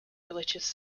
religious